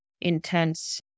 intense